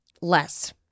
less